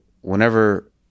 whenever